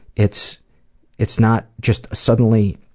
it's it's not just suddenly